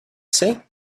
say